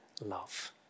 love